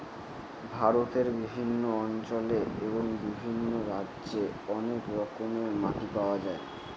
ভারতের বিভিন্ন অঞ্চলে এবং বিভিন্ন রাজ্যে অনেক রকমের মাটি পাওয়া যায়